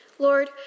Lord